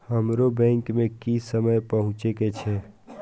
हमरो बैंक में की समय पहुँचे के छै?